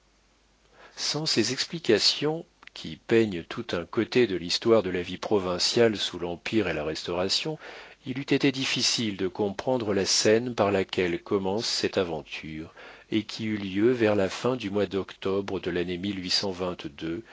sans ces explications qui peignent tout un côté de l'histoire de la vie provinciale sous l'empire et la restauration il eût été difficile de comprendre la scène par laquelle commence cette aventure et qui eut lieu vers la fin du mois d'octobre de l'année